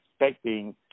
expecting